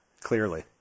Clearly